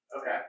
Okay